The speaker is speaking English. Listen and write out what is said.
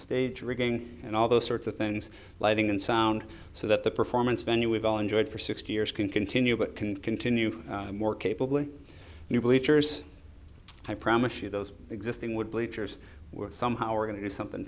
stage rigging and all those sorts of things lighting and sound so that the performance venue we've all enjoyed for sixty years can continue but can continue more capably you believe tours i promise you those existing would bleachers somehow are going to do something